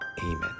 Amen